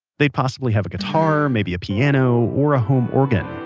they'd possibly have a guitar, maybe a piano or a home organ.